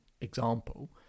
example